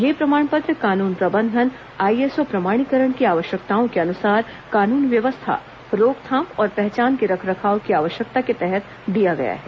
यह प्रमाण पत्र कानून प्रबंधन आईएसओ प्रमाणीकरण की आवश्यकताओं के अनुसार कानून व्यवस्था रोकथाम और पहचान के रखरखाव की आवश्यकता के तहत दिया गया है